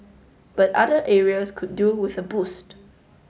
but other areas could do with a boost